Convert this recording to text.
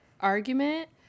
argument